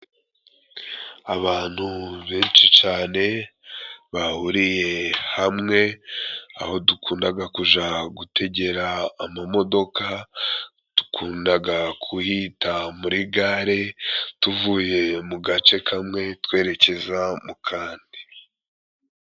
Abantu benshi cane，bahuriye hamwe aho dukundaga kuja gutegera amamodoka， dukundaga kuhita muri gare， tuvuye mu gace kamwe twerekeza mu kandi.